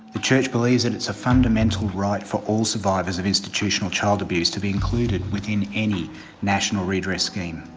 the church believes that it's a fundamental right for all survivors of institutional child abuse to be included within any national redress scheme.